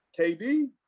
KD